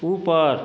ऊपर